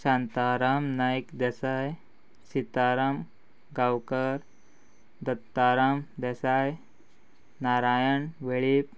Shantaram Naik Desai Sitaram Gaonkar Dattaram Desai Narayan Velip